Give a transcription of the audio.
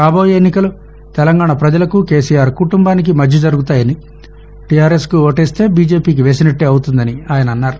రాబోయే ఎన్నికలు తెలంగాణ పజలకు కేసీఆర్ కుటుంబానికి మధ్య జరుగుతాయని టీఆర్ఎస్కు ఓటేస్తే బీజేపీకి వేసినట్లే అవుతుందని ఆయన అన్నారు